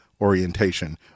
orientation